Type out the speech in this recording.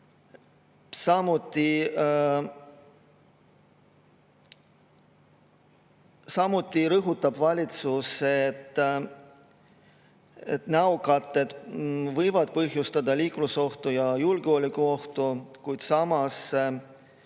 Samuti rõhutab valitsus, et näokatted võivad põhjustada liiklusohtu ja julgeolekuohtu, kuid samas